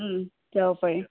যাব পাৰি